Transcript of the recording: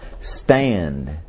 Stand